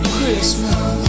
Christmas